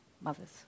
mothers